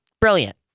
Brilliant